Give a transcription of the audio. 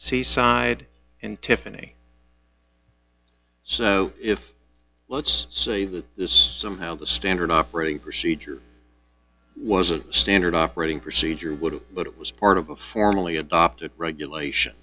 seaside in tiffany so if let's say that this somehow the standard operating procedure wasn't standard operating procedure would it but it was part of a formally adopted regulation